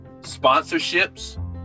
sponsorships